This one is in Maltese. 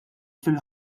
fil